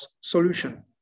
solution